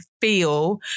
feel